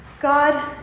God